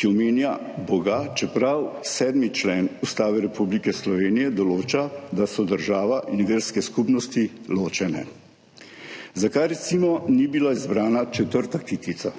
ki omenja Boga, čeprav 7. člen Ustave Republike Slovenije določa, da so država in verske skupnosti ločene. Zakaj, recimo, ni bila izbrana četrta kitica?